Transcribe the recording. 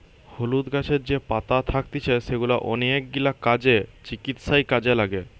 হলুদ গাছের যে পাতা থাকতিছে সেগুলা অনেকগিলা কাজে, চিকিৎসায় কাজে লাগে